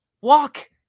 walk